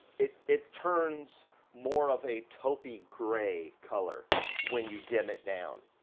it, it turns more of a taupey gray color when you dim it down.